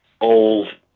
old